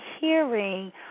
hearing